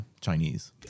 Chinese